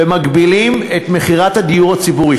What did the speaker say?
ומגבילים את מכירת הדיור הציבורי,